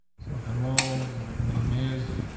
so hello. my name is,